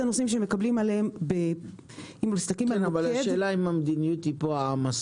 כן, אבל השאלה היא האם המדיניות פה היא העמסות.